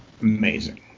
amazing